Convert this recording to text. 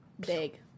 Big